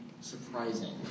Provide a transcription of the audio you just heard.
surprising